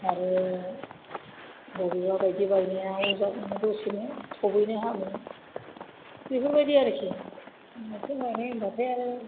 आरो बबेबा बायदि बायनाया अजाजोंनो दसेनो थाबैनो हामो बेफोर बायदि आरोखि आथिं बायनाय होनबाथाय आरो